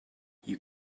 you